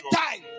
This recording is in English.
time